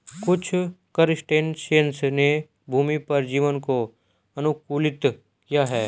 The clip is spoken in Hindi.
कुछ क्रस्टेशियंस ने भूमि पर जीवन को अनुकूलित किया है